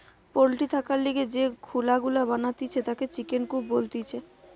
poultry থাকার লিগে যে খুলা গুলা বানাতিছে তাকে চিকেন কূপ বলতিছে